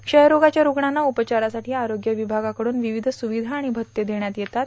क्षयरोगाच्या रुग्णांना उपचारासाठी आरोग्य विमागाकडून विविध सुविधा आणि भत्ते देण्यात येतात